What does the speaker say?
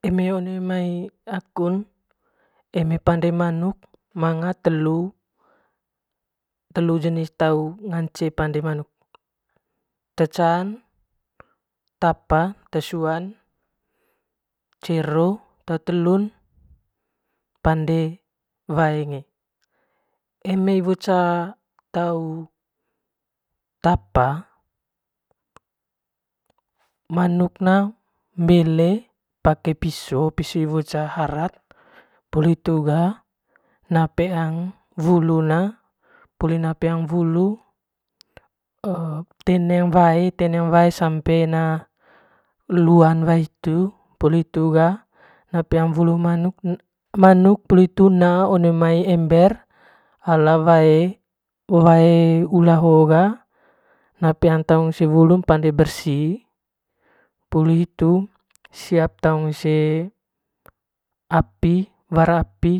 Eme one mai aku eme pande manuk mangaa manga telu telu jenis tau nngance pande manuk te can tapa te cuan cero te telun pande wae nge eme iwo ca tau tapa manuk ne mbele pake iwo piso ce harat poli hitu ga na peang wulun e poli na peang wulu temneng wae teneng wae sampe na luan wae hitu poli hitu ga na peang wulu manuk puli hitu na one ember ala wae wae ula hoo ga na pean taung ise wulun pande bersi poli hitu siap taung ise wara a'pi wara api